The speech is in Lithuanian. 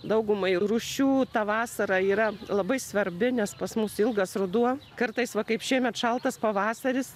daugumai rūšių ta vasara yra labai svarbi nes pas mus ilgas ruduo kartais va kaip šiemet šaltas pavasaris